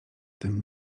tym